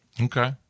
Okay